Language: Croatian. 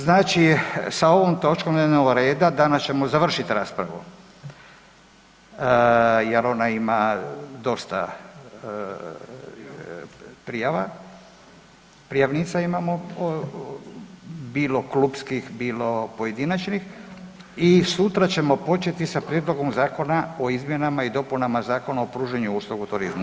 Znači sa ovom točkom dnevnoga reda danas ćemo završiti raspravu, jer ona ima dosta prijava, prijavnica imamo bilo klubskih, bilo pojedinačnih i sutra ćemo početi sa Prijedlogom zakona o izmjenama i dopunama Zakona o pružanju usluga u turizmu.